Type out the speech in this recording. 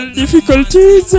difficulties